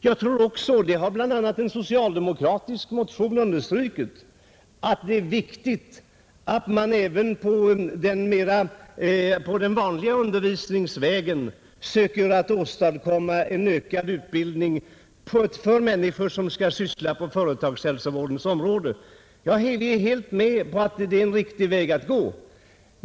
Jag tror också — det har bl.a. understrukits i en socialdemokratisk motion — att det är viktigt att man även på den vanliga undervisningsvägen söker åstadkomma ökad utbildning för människor som skall arbeta inom företagshälsovårdens område, Jag är helt med på att det är en riktig väg att gå.